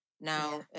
now